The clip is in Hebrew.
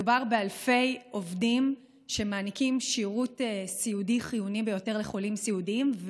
מדובר באלפי עובדים שמעניקים שירות סיעודי חיוני ביותר לחולים סיעודיים,